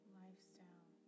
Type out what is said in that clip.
lifestyle